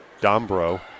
Dombro